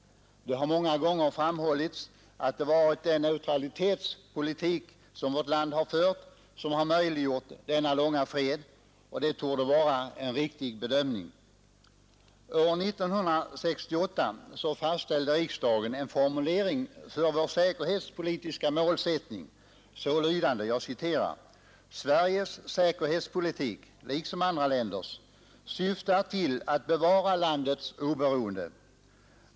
Det har många gånger framhållits att det varit den neutralitetspolitik som vårt land har fört som har möjliggjort denna långa fred, och det torde vara en riktig bedömning. År 1968 fastställde riksdagen en formulering av vår säkerhetspolitiska målsättning så lydande: ”Sveriges säkerhetspolitik, liksom andra länders, syftar till att bevara landets oberoende.